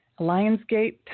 Lionsgate